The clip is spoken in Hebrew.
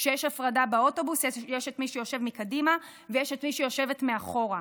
כשיש הפרדה באוטובוס יש את מי שיושב מקדימה ויש את מי שיושבת מאחורה,